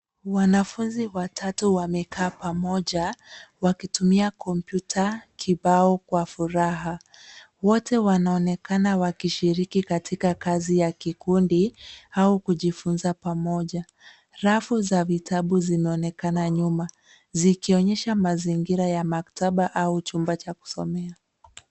Wanafunzi watatu wamekaa pamoja, wakitumia kompyuta kibao kwa furaha. Wote wanaonekana wakishiriki katika kazi ya kikundi, au kujifunza pamoja. Rafu za vitabu zinaonekana nyuma, zikionyesha mazingira ya maktaba au chumba cha kusomea.